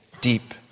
deep